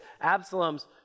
Absalom's